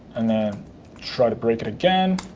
and then try to break it again,